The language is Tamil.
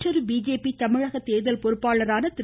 மற்றொரு பிஜேபி தமிழக தேர்தல் பொறுப்பாளரான திரு